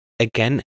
Again